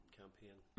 campaign